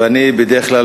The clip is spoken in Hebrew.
ואני בדרך כלל